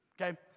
Okay